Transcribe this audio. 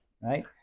Right